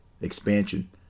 expansion